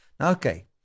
okay